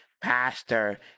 Pastor